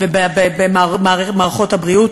ובמערכת הבריאות.